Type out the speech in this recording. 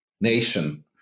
nation